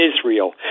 Israel